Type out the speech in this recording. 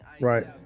Right